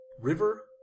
river